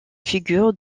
figures